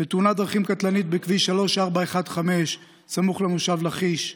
בתאונת דרכים קטלנית בכביש 3415 סמוך למושב לכיש.